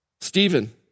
Stephen